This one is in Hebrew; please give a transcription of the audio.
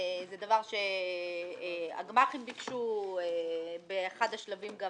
זה דבר שהגמ"חים ביקשו ובאחד השלבים גם